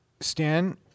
Stan